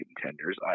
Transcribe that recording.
contenders